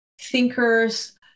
thinkers